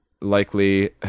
likely